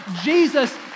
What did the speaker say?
Jesus